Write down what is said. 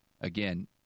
Again